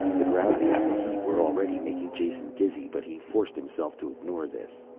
the gravity and the heat were already making jason dizzy, but he forced himself to ignore this.